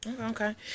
Okay